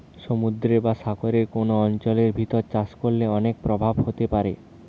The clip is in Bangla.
সমুদ্রের বা সাগরের কোন অঞ্চলের ভিতর চাষ করলে অনেক প্রভাব হতে পারে